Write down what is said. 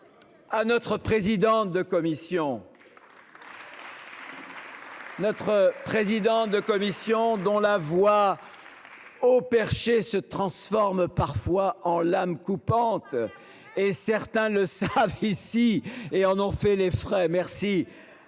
Notre président de commission dont la voix. Haut perché se transforme parfois en lames coupantes. Et certains ne savent ici et en en fait les frais. Merci